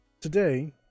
today